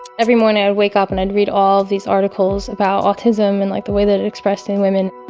every morning i'd wake up and i'd read all these articles about autism and like the way that it expressed in women